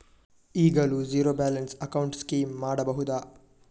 ಈಗಲೂ zero balance account scheme ಮಾಡಬಹುದಾ?